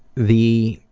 the